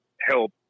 help